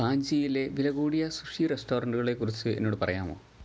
പാൻജിയിലെ വിലകൂടിയ സുഷി റെസ്റ്റോറൻ്റുകളെക്കുറിച്ച് എന്നോട് പറയാമോ